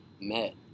met